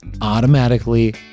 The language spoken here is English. automatically